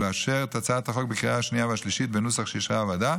ולאשר את הצעת החוק בקריאה השנייה והשלישית בנוסח שאישרה הוועדה.